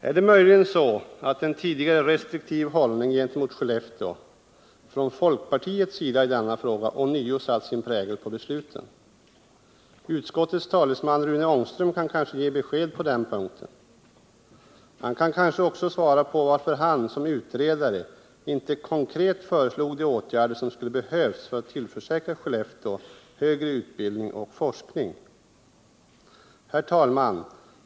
Är det möjligen så, att en tidigare restriktiv hållning gentemot Skellefteå från folkpartiets sida i denna fråga ånyo satt sin prägel på besluten? Utskottets talesman Rune Ångström kan kanske ge besked på den punkten. Han kan kanske också svara på varför han, som utredare, inte konkret föreslog de åtgärder som skulle ha behövts för att tillförsäkra Skellefteå högre utbildning och forskning. Herr talman!